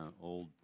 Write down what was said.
old